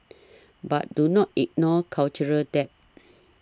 but do not ignore cultural debt